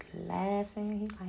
laughing